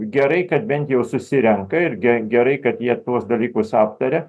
gerai kad bent jau susirenka ir ge gerai kad jie tuos dalykus aptaria